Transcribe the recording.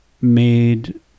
made